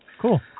cool